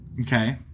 Okay